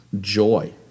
joy